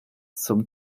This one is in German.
zum